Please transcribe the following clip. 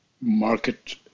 market